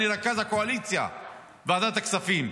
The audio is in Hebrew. אני רכז הקואליציה בוועדת הכספים,